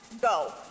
go